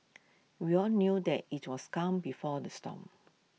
we all knew that IT was calm before the storm